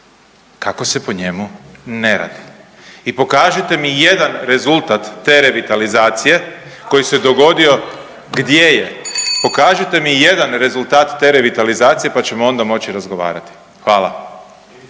Kako se po njemu ne radi i pokažite mi jedan rezultat te revitalizacije koji se dogodio .../Upadica se ne čuje./... gdje je? Pokažite mi jedan rezultat te revitalizacije pa ćemo onda moći razgovarati. Hvala.